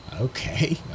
Okay